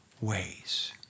ways